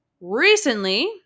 Recently